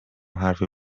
حرفی